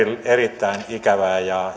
erittäin ikävää ja